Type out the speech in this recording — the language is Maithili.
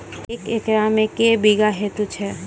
एक एकरऽ मे के बीघा हेतु छै?